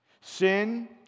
Sin